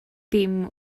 dim